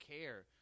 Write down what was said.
care